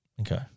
Okay